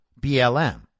BLM